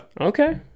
Okay